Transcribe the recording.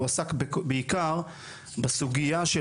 הוא עסק בעיקר בסוגייה של